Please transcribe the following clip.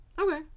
Okay